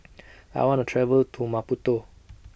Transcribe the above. I want to travel to Maputo